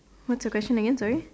what's the question again sorry